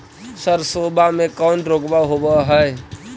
सरसोबा मे कौन रोग्बा होबय है?